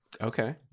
Okay